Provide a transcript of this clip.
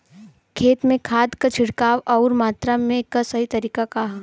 खेत में खाद क छिड़काव अउर मात्रा क सही तरीका का ह?